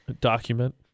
Document